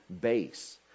base